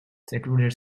secluded